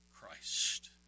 Christ